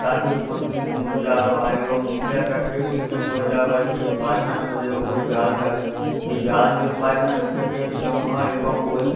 তাতে পোলট্রি মুরগি রাখা হয় এবং নিচে একটা ট্রে সিস্টেম করে দেওয়া হয় সেই পায়খানা করলে ওপরে জাল থাকে সেই জাল দিয়ে পায়খানা নিচের ট্রেতে জমা হয় এবং ওই